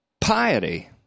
piety